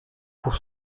pour